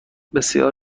بسیار